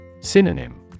Synonym